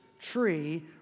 tree